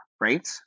right